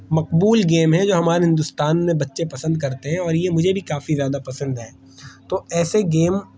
مقبول game ہے جو ہمارے ہندوستان میں بچے پسند کرتے ہیں اور یہ مجھے بھی قافی زیادہ پسند ہے تو ایسے گیم